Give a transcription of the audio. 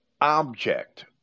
object